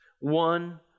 one